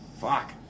fuck